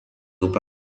upe